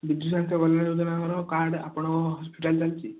ବିଜୁ ସ୍ୱାସ୍ଥ୍ୟ କଲ୍ୟାଣ ଯୋଜନାଙ୍କର କାର୍ଡ଼ ଆପଣଙ୍କ ହସ୍ପିଟାଲ ଚାଲୁଛି